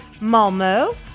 Malmo